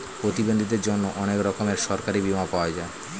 প্রতিবন্ধীদের জন্যে অনেক রকমের সরকারি বীমা পাওয়া যায়